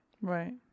right